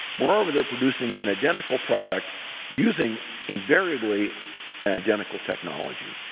moreover, they're producing an identical product using invariably an identical technology.